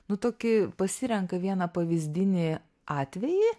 nu tokį pasirenka vieną pavyzdinį atvejį